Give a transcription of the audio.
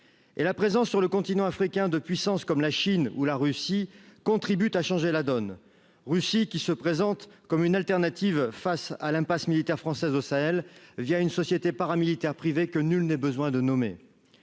la présence sur le continent africain de puissances comme la Chine ou la Russie contribue à changer la donne, Russie, qui se présente comme une alternative face à l'impasse militaire française au Sahel, via une société paramilitaire privée que nul n'est besoin de nommer